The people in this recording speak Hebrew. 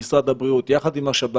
אני לא מבין למה משרד הבריאות מתמהמה, ואני